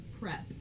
Prep